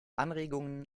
anregungen